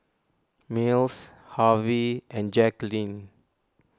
Mills Harvie and Jacqulyn